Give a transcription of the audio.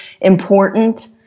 important